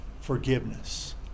forgiveness